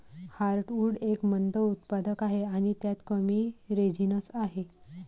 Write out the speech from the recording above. heartwood एक मंद उत्पादक आहे आणि त्यात कमी रेझिनस आहे